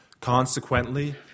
Consequently